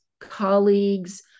colleagues